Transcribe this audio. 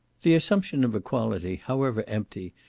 the assumption of equality, however empty,